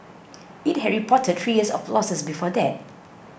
it had reported three years of losses before that